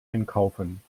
einkaufen